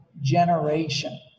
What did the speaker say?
generation